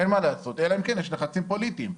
אלא אם כן יש לחצים פוליטיים.